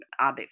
Abe